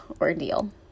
ordeal